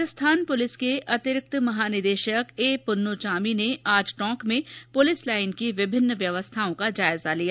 Rajasthan police के अतिरिक्त महानिदेशक ए पुन्नुचामी ने आज टोंक में पुलिस लाइन की विभिन्न व्यवस्थाओ का जायजा लिया